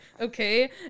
okay